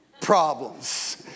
Problems